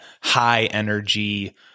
high-energy